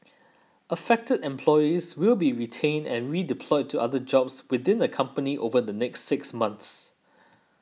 affected employees will be retrained and redeployed to other jobs within the company over the next six months